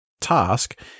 task